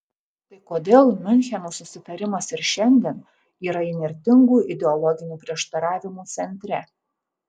tai kodėl miuncheno susitarimas ir šiandien yra įnirtingų ideologinių prieštaravimų centre